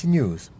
News